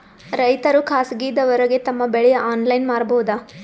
ರೈತರು ಖಾಸಗಿದವರಗೆ ತಮ್ಮ ಬೆಳಿ ಆನ್ಲೈನ್ ಮಾರಬಹುದು?